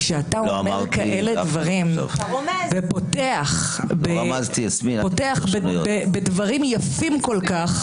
וכשאתה אומר כאלה דברים ופותח בדברים יפים כל כך,